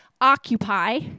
Occupy